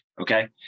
Okay